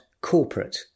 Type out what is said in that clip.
corporate